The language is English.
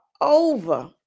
over